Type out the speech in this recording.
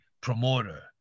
promoter